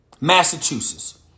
Massachusetts